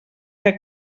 que